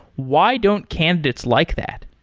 why don't candidates like that?